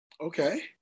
Okay